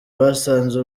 basanze